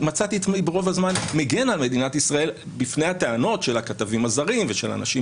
רוב הזמן מגן על מדינת ישראל מפני הטענות של הכתבים הזרים ושל אנשים